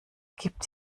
gibt